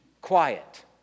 quiet